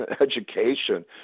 education